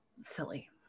silly